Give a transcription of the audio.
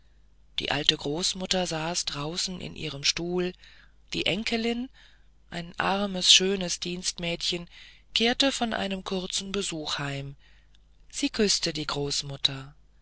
die alte großmutter saß draußen in ihrem stuhl die enkelin ein armes schönes dienstmädchen kehrte von einem kurzen besuche heim sie küßte die großmutter